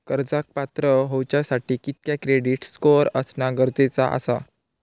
कर्जाक पात्र होवच्यासाठी कितक्या क्रेडिट स्कोअर असणा गरजेचा आसा?